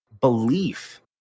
belief